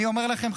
אני אומר לכם,